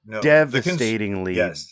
devastatingly